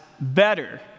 better